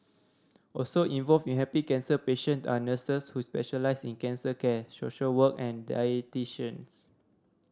also involved in helping cancer patient are nurses who specialise in cancer care social worker and dietitians